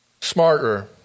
smarter